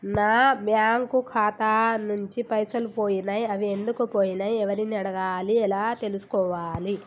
నా బ్యాంకు ఖాతా నుంచి పైసలు పోయినయ్ అవి ఎందుకు పోయినయ్ ఎవరిని అడగాలి ఎలా తెలుసుకోవాలి?